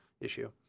issue